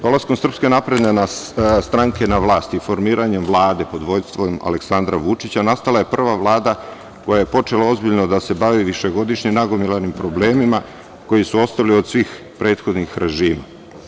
Dolaskom SNS na vlast i formiranjem Vlade pod vođstvom Aleksandra Vučića, nastala je prva Vlada koja je počela ozbiljno da se bavi višegodišnjim nagomilanim problemima koji su ostali od svih prethodnih režima.